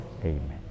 Amen